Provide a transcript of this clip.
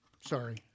Sorry